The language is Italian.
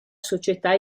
società